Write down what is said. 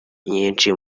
nyinshi